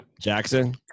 Jackson